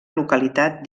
localitat